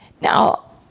Now